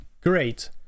great